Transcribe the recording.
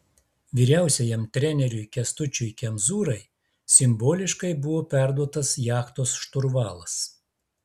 vyriausiajam treneriui kęstučiui kemzūrai simboliškai buvo perduotas jachtos šturvalas